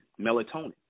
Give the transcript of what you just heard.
melatonin